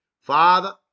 Father